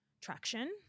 traction